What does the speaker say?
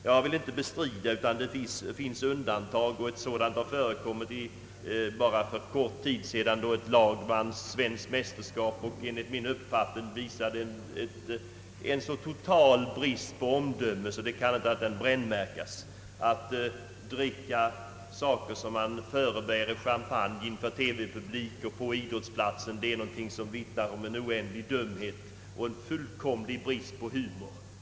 Jag vill inte bestrida att det finns undantag — ett sådant förekom bara för kort tid sedan då ett lag vann svenskt mästerskap och enligt min uppfattning visade en så total brist på omdöme att det inte kan annat än brännmärkas. Att dricka något som man förebär vara champagne inför TV-publiken och på idrottsplatsen vittnar om oändlig dumhet och fullkomlig brist på humor.